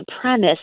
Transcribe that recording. premise